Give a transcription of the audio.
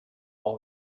all